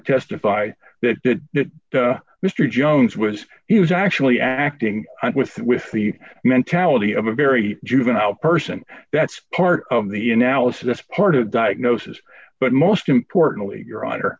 testify that that that mr jones was he was actually acting with with the mentality of a very juvenile person that's part of the analysis part of diagnosis but most importantly your honor